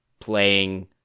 playing